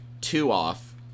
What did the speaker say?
two-off